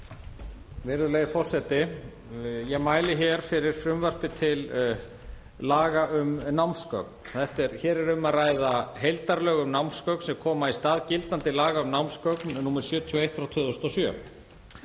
Virðulegi forseti. Ég mæli hér fyrir frumvarpi til laga um námsgögn en um er að ræða ný heildarlög um námsgögn sem koma í stað gildandi laga um námsgögn, nr. 71/2007.